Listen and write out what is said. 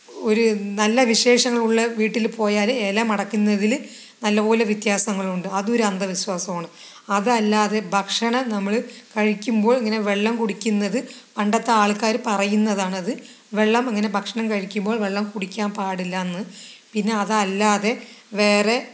ഒരു നല്ല വിശേഷങ്ങൾ ഉള്ള വീട്ടിൽ പോയാൽ ഇല മടക്കുന്നതില് നല്ലപോലെ വ്യത്യാസങ്ങളുണ്ട് അതും ഒരു അന്ധവിശ്വാസമാണ് അതല്ലാതെ ഭക്ഷണം നമ്മൾ കഴിക്കുമ്പോൾ ഇങ്ങനെ വെള്ളം കുടിക്കുന്നത് പണ്ടത്തെ ആൾക്കാര് പറയുന്നതാണ് അത് വെള്ളം ഇങ്ങനെ ഭക്ഷണം കഴിക്കുമ്പോൾ വെള്ളം കുടിക്കാൻ പാടില്ല എന്ന് പിന്നെ അതല്ലാതെ വേറെ